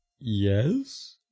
Yes